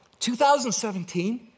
2017